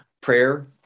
prayer